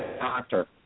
doctor